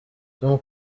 tom